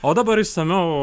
o dabar išsamiau